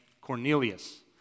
Cornelius